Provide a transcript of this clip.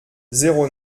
zéro